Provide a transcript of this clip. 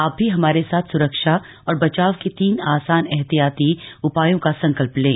आप भी हमारे साथ स्रक्षा और बचाव के तीन आसान एहतियाती उपायों का संकल्प लें